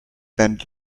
bent